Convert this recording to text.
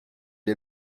est